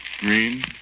green